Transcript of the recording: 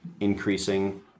increasing